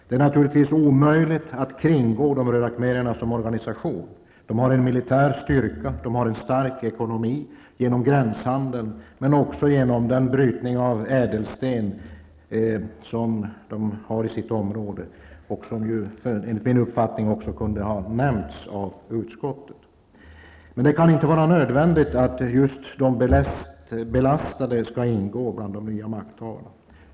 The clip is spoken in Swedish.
Det är naturligtvis omöjligt att kringgå de röda khmererna som organisation. De har militär styrka och stark ekonomi genom gränshandeln men också genom brytningen av ädelsten i deras område; den kunde enligt min uppfattning också ha nämnts av utskottet. Men det kan inte vara nödvändigt att just de mest belastade skall ingå bland de nya makthavarna.